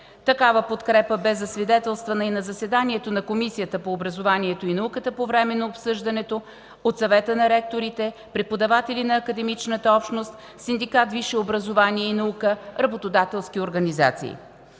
Такава подкрепа бе засвидетелствана и на заседанието на Комисията по образованието и науката по време на обсъждането, от Съвета на ректорите, преподаватели на академичната общност, синдикат „Висше образование и наука”, работодателски организации.